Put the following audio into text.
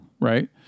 Right